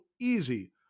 easy